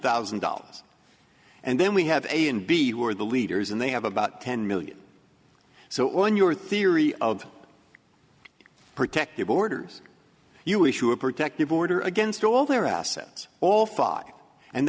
thousand dollars and then we have a and b who are the leaders and they have about ten million or so on your theory of protective orders you issue a protective order against all their assets all five and